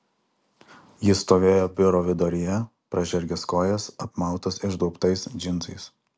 jis stovėjo biuro viduryje pražergęs kojas apmautas išduobtais džinsais